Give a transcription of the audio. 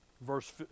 Verse